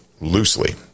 loosely